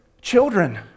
children